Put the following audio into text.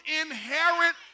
inherent